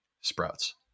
Sprouts